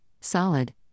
solid